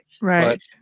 right